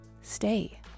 Stay